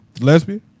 Lesbian